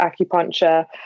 acupuncture